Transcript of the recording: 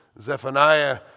Zephaniah